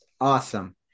awesome